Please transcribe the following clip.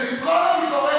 ועם כל הביקורת,